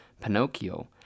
Pinocchio